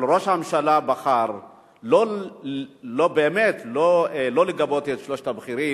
אבל ראש הממשלה בחר באמת לא לגבות את שלושת הבכירים.